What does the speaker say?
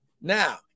Now